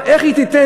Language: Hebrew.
איך היא תיתן,